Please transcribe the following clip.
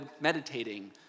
meditating